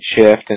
shift